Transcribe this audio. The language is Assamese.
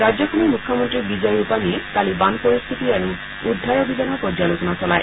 ৰাজ্যখনৰ মুখ্যমন্ত্ৰী বিজয় ৰূপাণীয়ে কালি বান পৰিস্থিতি আৰু উদ্ধাৰ অভিযানৰ পৰ্য্যালোচনা চলায়